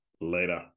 Later